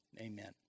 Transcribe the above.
amen